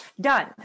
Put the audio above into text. done